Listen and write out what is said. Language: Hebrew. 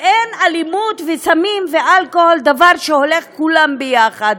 אלימות וסמים ואלכוהול לא כולם הולכים ביחד,